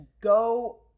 go